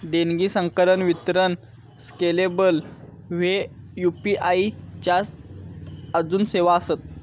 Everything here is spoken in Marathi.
देणगी, संकलन, वितरण स्केलेबल ह्ये यू.पी.आई च्या आजून सेवा आसत